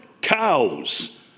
Cows